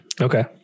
Okay